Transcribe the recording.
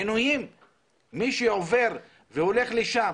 מי שעובר והולך לשם